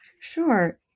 Sure